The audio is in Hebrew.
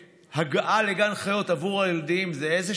הגעה לגן החיות עבור הילדים זה איזה